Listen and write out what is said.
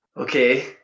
okay